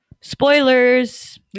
Spoilers